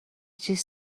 چیز